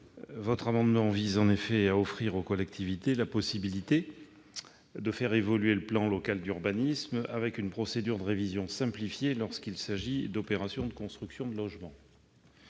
Cet amendement vise à offrir aux collectivités la possibilité de faire évoluer le plan local d'urbanisme une procédure de révision simplifiée lorsqu'il s'agit d'opérations de construction de logements.